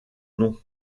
nom